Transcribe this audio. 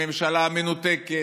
הממשלה המנותקת,